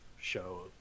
show